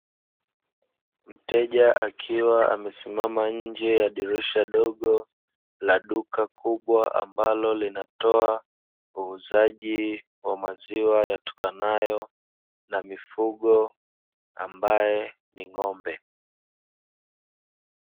Mteja akiwa amesimama nje ya dirisha dogo, la duka kubwa ambalo linatoa uuzaji wa maziwa yatokanayo na mifugo, ambaye ni ng'ombe.